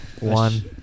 One